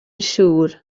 siŵr